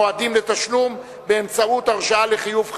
מועדים לתשלום באמצעות הרשאה לחיוב חשבון).